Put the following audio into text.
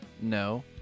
no